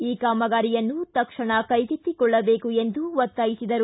ಈ ಕಾಮಗಾರಿಯನ್ನು ತಕ್ಷಣ ಕೈಗೆತ್ತಿಕೊಳ್ಳಬೇಕು ಎಂದು ಒತ್ತಾಯಿಸಿದರು